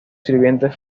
sirvientes